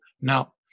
Now